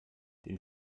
den